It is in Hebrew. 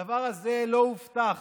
הדבר הזה לא הובטח